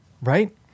right